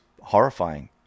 horrifying